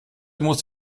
muss